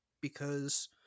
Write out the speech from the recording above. because-